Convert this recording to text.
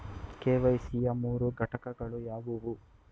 KYC ಯ ಮೂರು ಘಟಕಗಳು ಯಾವುವು?